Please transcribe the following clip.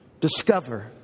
discover